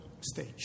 stage